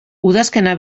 udazkena